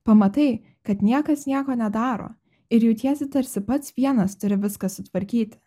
pamatai kad niekas nieko nedaro ir jautiesi tarsi pats vienas turi viską sutvarkyti